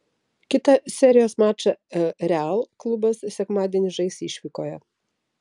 kitą serijos mačą real klubas sekmadienį žais išvykoje